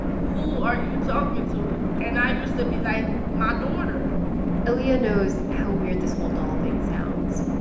who are you talking to? and i used to be like, my daughter aaliyah knows how weird this whole doll things sounds,